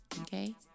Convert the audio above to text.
Okay